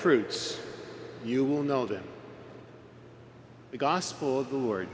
fruits you will know them the gospel of the lord